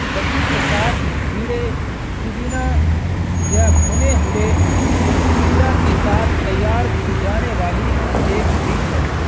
دہی کے ساتھ کھیرے پودینا یا بھنے ہوئے زیرہ کے ساتھ تیار کی جانے والی ایک ڈش ہے